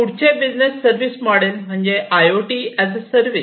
पुढचे business service model म्हणजे I O T as a service